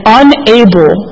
unable